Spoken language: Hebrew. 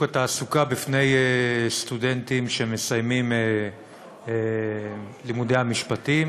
התעסוקה בפני סטודנטים שמסיימים את לימודי המשפטים.